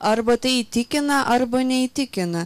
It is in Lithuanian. arba tai įtikina arba neįtikina